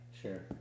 sure